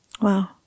Wow